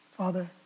Father